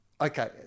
Okay